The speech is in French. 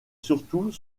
surtout